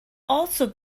also